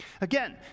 Again